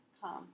come